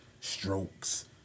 Strokes